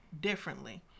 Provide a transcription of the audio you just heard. differently